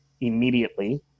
immediately